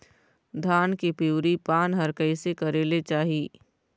धान के पिवरी पान हर कइसे करेले जाही?